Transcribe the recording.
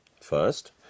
First